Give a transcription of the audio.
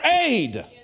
aid